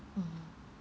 mmhmm